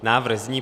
Návrh zní: